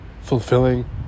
fulfilling